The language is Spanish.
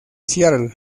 seattle